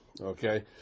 okay